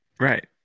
Right